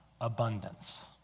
abundance